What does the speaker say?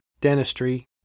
dentistry